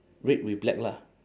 red with black lah